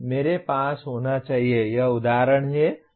मेरे पास होना चाहिए यह उदाहरण है